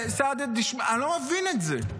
אני לא מבין את זה.